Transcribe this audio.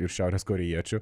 ir šiaurės korėjiečiu